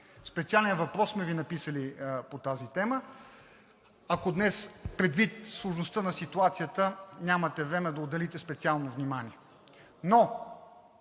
специален въпрос по тази тема, ако днес, предвид сложността на ситуацията, нямате време да отделите специално внимание.